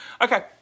Okay